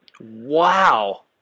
Wow